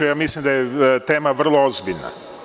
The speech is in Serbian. Mislim da je tema vrlo ozbiljna.